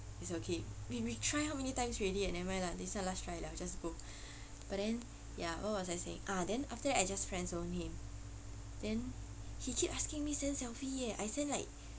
it's okay we we tried how many times already eh nevermind lah this [one] last try lah we'll just go but then ya what was I saying ah then after that I just friend-zoned him then he keep asking me send selfie eh I send like